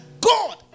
God